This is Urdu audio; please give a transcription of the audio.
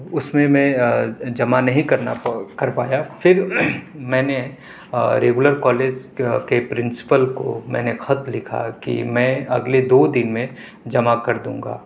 اس میں میں جمع نہیں کرنا کر پایا پھر میں نے ریگولر کالج کے پرنسپل کو میں نے خط لکھا کہ میں اگلے دو دن میں جمع کر دونگا